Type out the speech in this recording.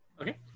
okay